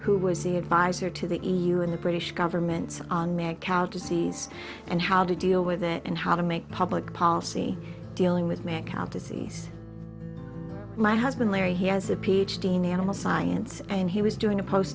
who was the advisor to the e u and the british governments on mad cow disease and how to deal with it and how to make public policy dealing with mad cow disease my husband larry he has a ph d in animal science and he was doing a